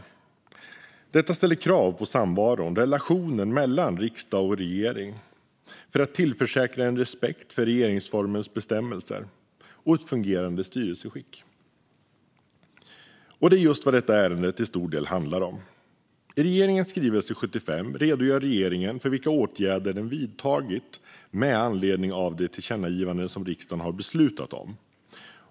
Detta ställer krav på samvaron och relationen mellan riksdag och regering för att säkerställa en respekt för regeringsformens bestämmelser och ett fungerande styresskick. Det är just vad detta ärende till stor del handlar om. I regeringens skrivelse 75 redogör regeringen för vilka åtgärder den vidtagit med anledning av de tillkännagivanden riksdagen har beslutat om.